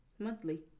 Monthly